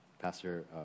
Pastor